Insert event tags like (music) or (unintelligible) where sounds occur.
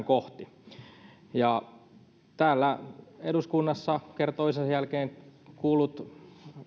(unintelligible) kohti pyritään täällä eduskunnassa kerta toisensa jälkeen kuullut